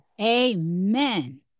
Amen